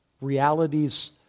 Realities